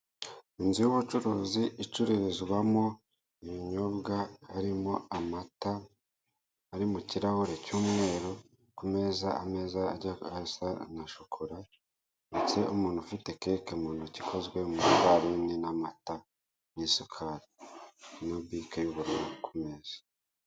Inzu y'ubucuruzi icururizwamo ibinyobwa harimo amata, ari mu kirahure cy'umweru ku meza ameza aba agiye asa na shokora hari umuntu ufite keke mu ntoki ikozwe mu ifarine n'amata n'isukari, na bike y'ubururu ku meza.